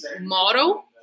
model